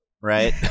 right